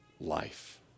life